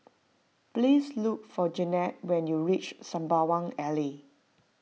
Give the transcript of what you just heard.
please look for Jennette when you reach Sembawang Alley